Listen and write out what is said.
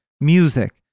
music